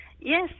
Yes